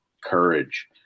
courage